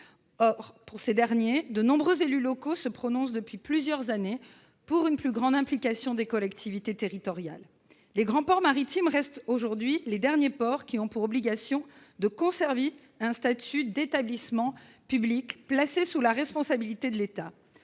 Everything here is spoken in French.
Or, concernant ces derniers, de nombreux élus locaux se prononcent depuis plusieurs années pour une plus grande implication des collectivités territoriales. Les grands ports maritimes restent, aujourd'hui, les derniers ports ayant pour obligation de conserver un statut d'établissement public placé sous la responsabilité de l'État,